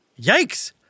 Yikes